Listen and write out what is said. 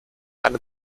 einem